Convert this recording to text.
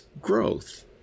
growth